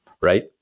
right